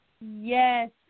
Yes